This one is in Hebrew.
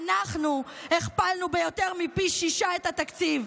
אנחנו הכפלנו ביותר מפי שישה את התקציב,